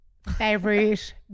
favorite